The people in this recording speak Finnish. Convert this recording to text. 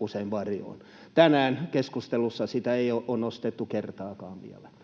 usein varjoon. Tänään keskustelussa sitä ei ole nostettu vielä